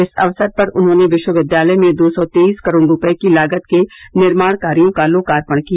इस अवसर पर उन्होंने विश्वविद्यालय में दो सौ तेईस करोड़ रूपए की लागत के निर्माण कार्यों का लोकार्पण किया